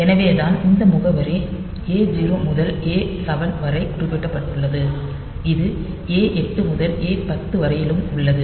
எனவே தான் இந்த முகவரி A0 முதல் A7 வரை குறிப்பிடப்பட்டுள்ளது இது A8 முதல் A10 வரையிலும் உள்ளது